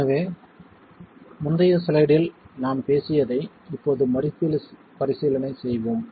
எனவே முந்தைய ஸ்லைடில் நாம் பேசியதை இப்போது மறுபரிசீலனை செய்வோம்